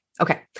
Okay